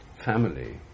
family